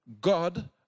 God